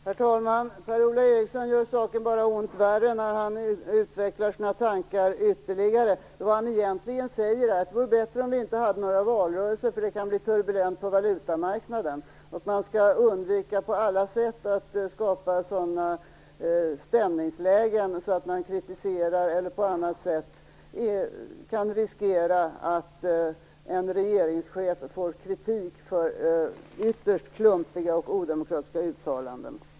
Herr talman! Per-Ola Eriksson gör bara ont värre när han utvecklar sina tankar. Vad han egentligen säger är att det vore bättre om vi inte hade några valrörelser eftersom det kan bli turbulent på valutamarknaden, och att man på alla sätt skall undvika att skapa sådana stämningslägen att man kritiserar eller på annat sätt riskerar att en regeringschef får kritik för ytterst klumpiga och odemokratiska uttalanden.